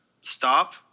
stop